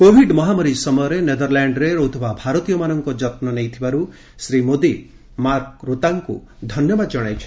Covid ମହାମାରୀ ସମୟରେ ନେଦରଲାଣ୍ଡରେ ରହ୍ରିଥିବା ଭାରତୀୟମାନଙ୍କ ଯତ୍ନ ନେଇଥିବାରୁ ଶ୍ରୀ ମୋଦୀ ମାର୍କ ରୁତାଙ୍କୁ ଧନ୍ୟବାଦ ଜଣାଇଛନ୍ତି